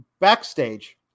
backstage